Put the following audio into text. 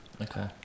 Okay